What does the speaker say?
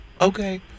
okay